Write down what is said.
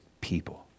people